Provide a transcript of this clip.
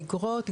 באגרות,